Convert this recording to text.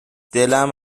دلم